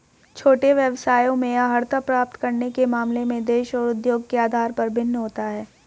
छोटे व्यवसायों में अर्हता प्राप्त करने के मामले में देश और उद्योग के आधार पर भिन्न होता है